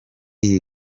iyi